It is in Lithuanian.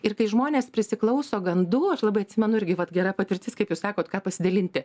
ir kai žmonės prisiklauso gandų aš labai atsimenu irgi vat gera patirtis kaip jūs sakot ką pasidalinti